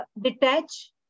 detach